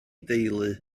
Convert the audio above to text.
deulu